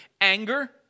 Anger